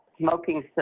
smoking